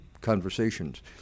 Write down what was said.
conversations